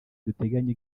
duteganya